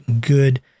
good